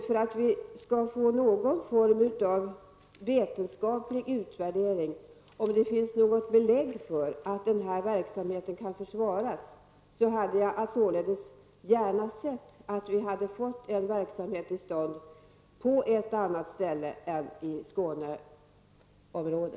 För att vi skall få någon form av vetenskaplig utvärdering och för att se om det finns något belägg för att den här verksamheten kan försvaras hade jag således gärna sett att vi hade fått en verksamhet till stånd på ett annat ställe än i Skåne.